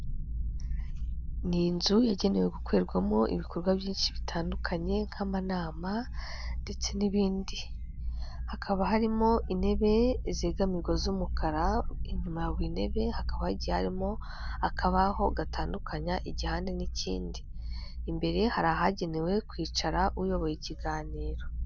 Ni inzu yagenewe gukorerwamo ibikorwa byinshi bitandukanye nk'amanama ndetse n'ibindi. Hakaba harimo intebe zegamirwa z'umukara, inyuma ya buri ntebe hakaba hagiye harimo akabaho gatandukanya igihande n'ikindi. Imbere hari ahagenewe kwicara uyoboye ikiganiro.